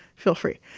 feel free.